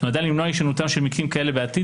"נועדה למנוע הישנותם של מקרים כאלה בעתיד